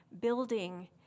building